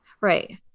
Right